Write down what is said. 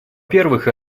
первых